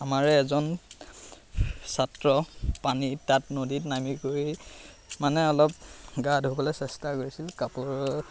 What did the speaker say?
আমাৰে এজন ছাত্ৰ পানী তাত নদীত নামি কৰি মানে অলপ গা ধুবলৈ চেষ্টা কৰিছিল কাপোৰ